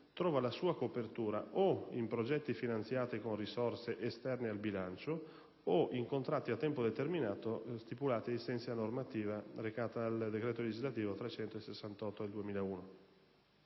trova la sua copertura o in progetti finanziati con risorse esterne al bilancio, o in contratti a tempo determinato stipulati ai sensi della normativa recata dal decreto legislativo n. 368 del 2001.